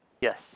Yes